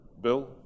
Bill